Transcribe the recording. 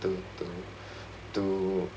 to to to